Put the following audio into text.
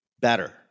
better